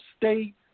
State